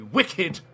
wicked